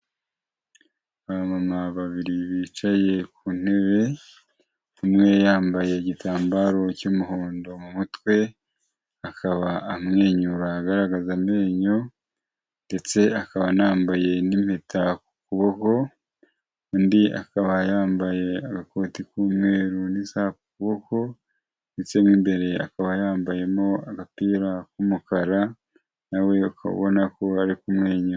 Abamama babiri bicaye ku ntebe umwe yambaye igitambaro cy'umuhondo mu mutwe akaba amwenyura agaragaza amenyo ndetse akaba anambaye n'impeta ku kuboko, undi akaba yambaye agakoti k'umweru n'isaha ku aboko ndetse n'imbere akaba yambayemo agapira k'umukara nawe ukaba ubona ko ari kumwenyura.